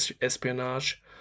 espionage